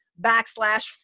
backslash